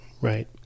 right